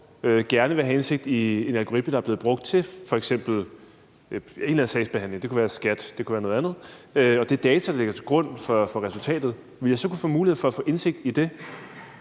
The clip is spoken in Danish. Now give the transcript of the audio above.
gerne vil have indsigt i en algoritme, der er blevet brugt til f.eks. en eller anden sagsbehandling – det kunne være skat, det kunne være noget andet – og de data, der ligger til grund for resultatet, ville jeg så kunne få mulighed for at få indsigt i det